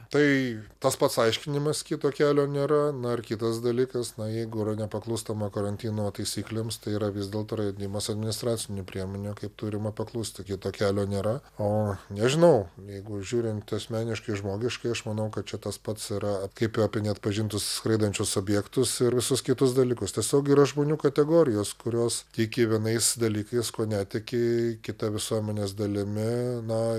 tai tas pats aiškinimas kito kelio nėra na ir kitas dalykas na jeigu nepaklūstama karantino taisyklėms tai yra vis dėlto radimas administracinių priemonių kaip turima paklusti kito kelio nėra o nežinau jeigu žiūrint asmeniškai žmogiškai aš manau kad čia tas pats yra kaip apie neatpažintus skraidančius objektus ir visus kitus dalykus tiesiog yra žmonių kategorijos kurios tiki vienais dalykais kuo netiki kita visuomenės dalimi na